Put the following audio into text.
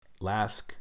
Lask